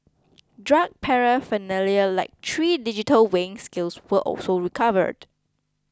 drug paraphernalia like three digital weighing scales were also recovered